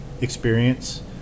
experience